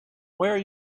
where